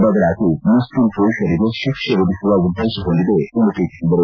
ಬದಲಾಗಿ ಮುಸ್ಲಿಂ ಪುರುಷರಿಗೆ ಶಿಕ್ಷೆ ವಿಧಿಸುವ ಉದ್ದೇಶ ಹೊಂದಿದೆ ಎಂದು ಟೀಕಿಸಿದರು